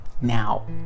now